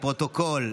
לפרוטוקול,